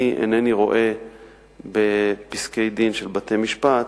אני אינני רואה בפסקי-דין של בתי-משפט